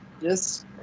Yes